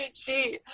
she